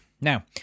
Now